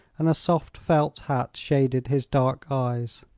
and a soft felt hat shaded his dark eyes.